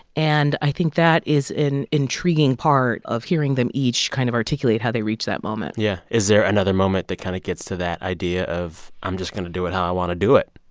and i think that is an intriguing part of hearing them each kind of articulate how they reach that moment yeah. is there another moment that kind of gets to that idea of, i'm just going to do it how i want to do it?